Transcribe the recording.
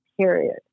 period